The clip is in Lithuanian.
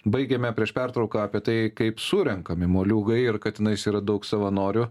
baigiame prieš pertrauką apie tai kaip surenkami moliūgai ir kad yra daug savanorių